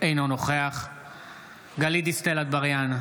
אינו נוכח גלית דיסטל אטבריאן,